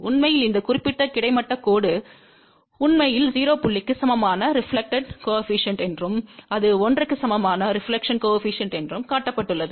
உண்மையில் இந்த குறிப்பிட்ட கிடைமட்ட கோடு உண்மையில் 0 புள்ளிக்கு சமமான ரெபிலெக்ஷன் கோஏபிசிஎன்ட் என்றும் இது 1 க்கு சமமான ரெபிலெக்ஷன் கோஏபிசிஎன்ட் என்றும் காட்டப்பட்டுள்ளது